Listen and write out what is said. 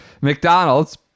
McDonald's